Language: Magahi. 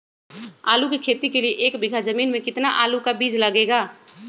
आलू की खेती के लिए एक बीघा जमीन में कितना आलू का बीज लगेगा?